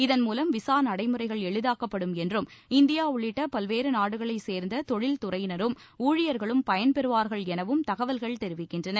இதன் மூவம் விசா நடைமுறைகள் எளிதாக்கப்படும் என்றும் இந்தியா உள்ளிட்ட பல்வேறு நாடுகளைச் சேர்ந்த தொழில் துறையினரும் ஊழியர்களும் பயன்பெறுவார்கள் எனவும் தகவல்கள் தெரிவிக்கின்றன